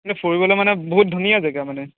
এনে ফুৰিবলৈ মানে বহুত ধুনীয়া জেগা মানে